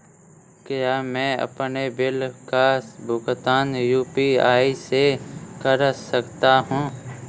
क्या मैं अपने बिल का भुगतान यू.पी.आई से कर सकता हूँ?